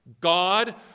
God